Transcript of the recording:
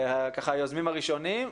היוזמים הראשונים.